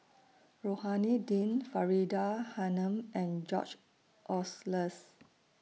Rohani Din Faridah Hanum and George Oehlers